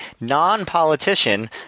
non-politician